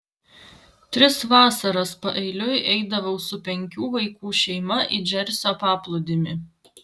tris vasaras paeiliui eidavau su penkių vaikų šeima į džersio paplūdimį